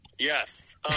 Yes